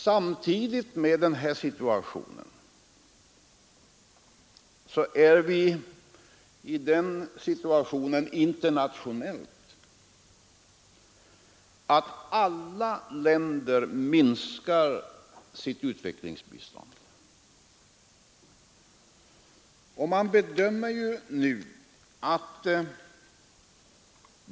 Samtidigt med detta läge befinner vi oss i den situationen internationellt sett att alla länder minskar sitt utvecklingsbistånd.